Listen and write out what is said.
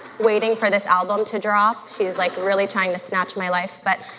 waiting for this album to drop, she is like really trying to snatch my life but